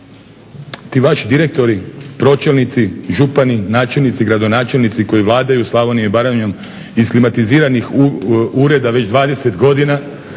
ti vaši direktori, pročelnici, župani, načelnici, gradonačelnici koji vladaju Slavonijom i Baranjom iz klimatiziranih ureda već 20 godina